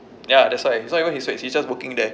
ya that's why it's not even his weights he's just working there